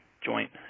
joint